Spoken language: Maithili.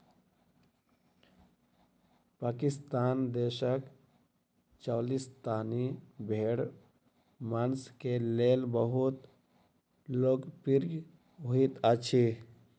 पाकिस्तान देशक चोलिस्तानी भेड़ मांस के लेल बहुत लोकप्रिय होइत अछि